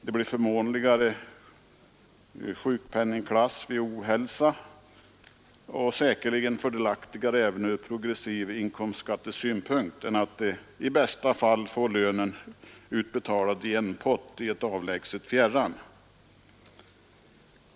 Det blir förmånligare sjukpenningsklass vid ohälsa och säkerligen fördelaktigare även från progressiv inkomstskattesynpunkt än att i bästa fall få lönen utbetalad i en pott i ett avlägset fjärran.